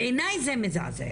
בעיני זה מזעזע,